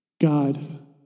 God